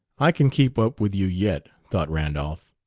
i can keep up with you yet, thought randolph.